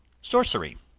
sorcery,